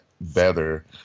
better